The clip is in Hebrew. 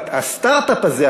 הסטרט-אפ הזה,